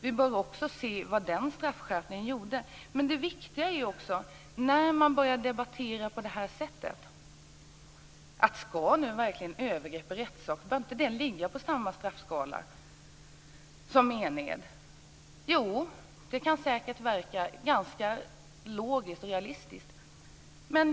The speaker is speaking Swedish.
Vi bör också se vad den straffskärpningen gjort. Men viktigt är också när man börjar debattera på det här sättet att fråga: Bör inte övergrepp i rättssak ligga på samma straffskala som mened? Jo, det kan säkert verka ganska logiskt och realistiskt.